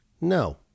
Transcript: No